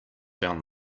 found